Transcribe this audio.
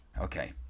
okay